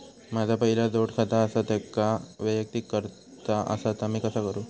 माझा पहिला जोडखाता आसा त्याका वैयक्तिक करूचा असा ता मी कसा करू?